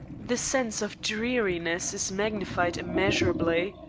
the sense of dreariness is magnified immeasurably.